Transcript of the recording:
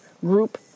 group